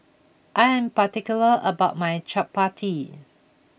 I am particular about my Chapati